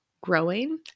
growing